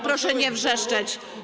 Proszę nie wrzeszczeć.